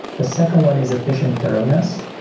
the second one is efficient thoroughness.